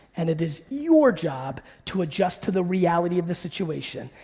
and it is your job to adjust to the reality of the situation.